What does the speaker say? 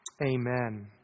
Amen